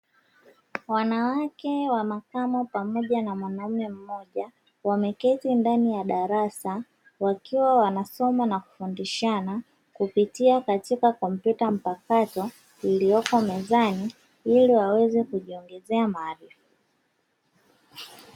Wanawake wa makamo pamoja na mwanaume mmoja, wameketi ndani ya darasa wakiwa wanasoma na kufundishana kupitia katika kompyuta mpakato iliyopo mezani ili waweze kujiongezea maarifa.